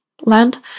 land